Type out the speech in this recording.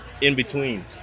in-between